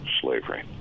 slavery